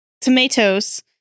Tomatoes